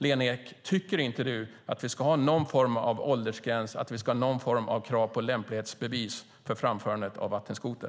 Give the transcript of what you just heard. Lena Ek, tycker inte du att vi ska ha någon form av åldersgräns och att vi ska ha någon form av krav på lämplighetsbevis för framförande av vattenskoter?